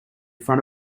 front